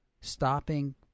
stopping